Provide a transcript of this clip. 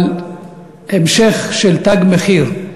אבל המשך "תג מחיר",